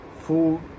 food